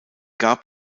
gab